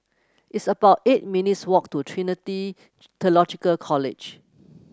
it's about eight minutes' walk to Trinity Theological College